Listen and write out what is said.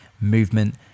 movement